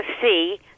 see